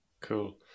cool